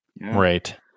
right